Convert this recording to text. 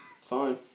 Fine